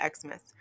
Xmas